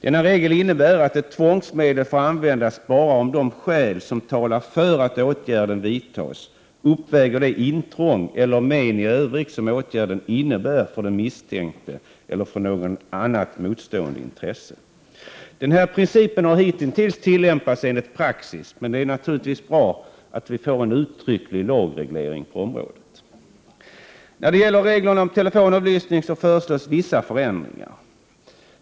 Denna regel innebär att ett tvångsmedel får användas bara om de skäl som talar för att åtgärden vidtas uppväger det intrång eller men i övrigt som åtgärden innebär för den misstänkte eller för något annat motstående intresse. Den här principen har hittills tillämpats enligt praxis, men det är naturligtvis bra att vi får en uttrycklig lagreglering på området. När det gäller reglerna om telefonavlyssning föreslås vissa förändringar.